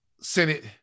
Senate